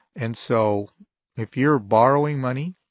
and so if you're borrowing money